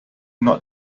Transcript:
not